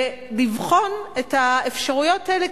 ולבחון את האפשרויות האלה,